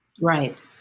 Right